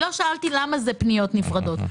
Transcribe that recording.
לא שאלתי למה זה פניות נפרדות.